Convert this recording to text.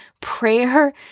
Prayer